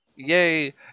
Yay